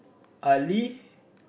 Ali